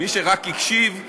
מי שרק הקשיב,